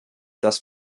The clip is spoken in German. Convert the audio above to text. dass